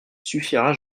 suffira